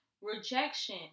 rejection